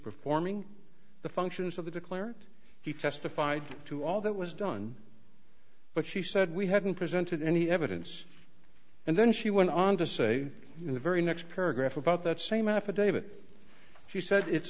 performing the functions of the declare he testified to all that was done but she said we haven't presented any evidence and then she went on to say in the very next paragraph about that same affidavit she said it's